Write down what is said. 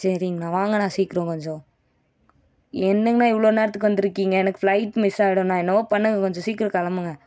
சரிங்கண்ணா வாங்கண்ணா சீக்கிரம் கொஞ்சம் என்னங்கண்ணா இவ்வளோ நேரத்துக்கு வந்துருக்கீங்க எனக்கு ஃப்ளைட் மிஸ் ஆயிடுண்ணா என்னமோ பண்ணுங்க கொஞ்சம் சீக்கிரம் கிளம்புங்க